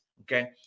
Okay